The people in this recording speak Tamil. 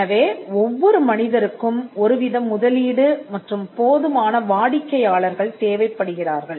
எனவே ஒவ்வொரு மனிதருக்கும் ஒருவித முதலீடு மற்றும் போதுமான வாடிக்கையாளர்கள் தேவைப்படுகிறார்கள்